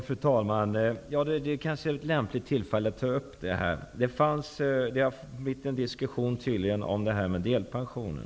Fru talman! Det här är kanske ett lämpligt tillfälle att ta upp denna fråga. Det har tydligen blivit en diskussion om frågan om delpensionen.